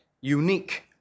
unique